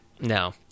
No